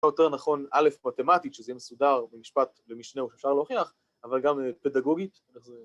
‫אותו יותר נכון, א' מתמטית, ‫שזה יהיה מסודר במשפט ומשנה, ‫עוד שאפשר להוכיח, ‫אבל גם פדגוגית.